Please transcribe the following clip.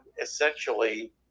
essentially